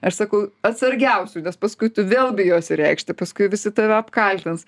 aš sakau atsargiausiu nes paskui tu vėl bijosi reikšti paskui visi tave apkaltins